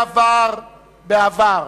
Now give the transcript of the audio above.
בעבר,